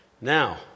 Now